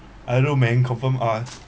I don't know men confirm out one